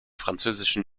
französischen